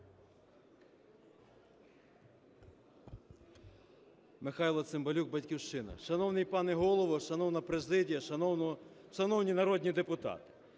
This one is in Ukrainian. Михайло Цимбалюк, "Батьківщина". Шановний пане Голово, шановна президія, шановні народні депутати!